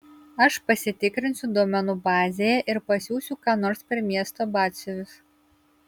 aš pasitikrinsiu duomenų bazėje ir pasiųsiu ką nors per miesto batsiuvius